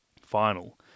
final